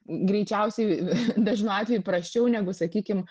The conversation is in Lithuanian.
greičiausiai dažnu atveju prasčiau negu sakykim